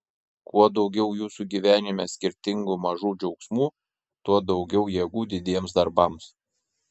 kuo daugiau jūsų gyvenime skirtingų mažų džiaugsmų tuo daugiau jėgų didiems darbams